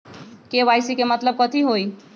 KYC के मतलब कथी होई?